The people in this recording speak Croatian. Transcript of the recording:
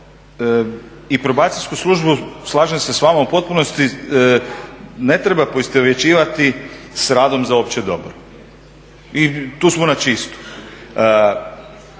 I Probacijsku službu, slažem se s vama u potpunosti, ne treba poistovjećivati s radom za opće dobro. I tu smo načistu.